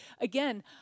again